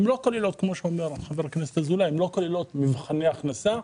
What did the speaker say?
לא כוללות כמו שאומר חבר הכנסת אזולאי מבחני הכנסה.